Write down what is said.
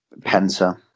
Pensa